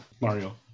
mario